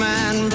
Man